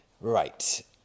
right